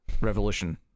Revolution